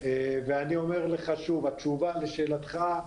ואני אומר לך שוב, התשובה לשאלתך,